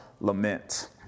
lament